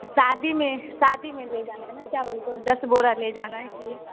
शादी में शादी में ले जाना है ना चावल को दस बोरा ले जाना है इसलिए